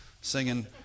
singing